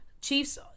Chiefs